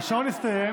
השעון הסתיים.